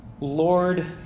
Lord